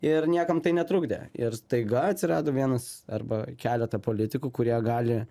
ir niekam tai netrukdė ir staiga atsirado vienas arba keletą politikų kurie gali